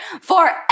forever